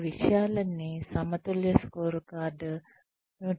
ఈ విషయాలన్నీ సమతుల్య స్కోర్కార్డ్ను డ్రైవ్ చేస్తాయి